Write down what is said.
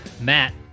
Matt